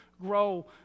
grow